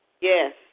Yes